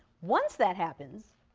once that happens,